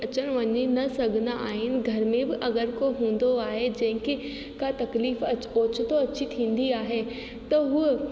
अचण वञी न सघंदा आहिनि घर में बि अगरि को हूंदो आहे जंहिंखे का तकलीफ़ अॼु पोच तो अची थींदी आहे त उहा